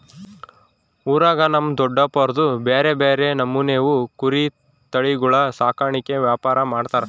ಊರಾಗ ನಮ್ ದೊಡಪ್ನೋರ್ದು ಬ್ಯಾರೆ ಬ್ಯಾರೆ ನಮೂನೆವು ಕುರಿ ತಳಿಗುಳ ಸಾಕಾಣಿಕೆ ವ್ಯಾಪಾರ ಮಾಡ್ತಾರ